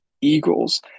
Eagles